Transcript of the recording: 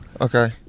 Okay